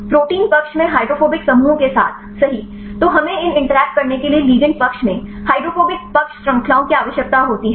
protein पक्ष में hydrophobic समूहों के साथ सही तो हमें इन इंटरैक्ट करने के लिए लिगैंड पक्ष में हाइड्रोफोबिक पक्ष श्रृंखलाओं की आवश्यकता होती है